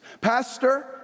Pastor